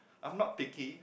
I'm not picky